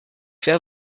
fait